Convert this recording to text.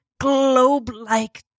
globe-like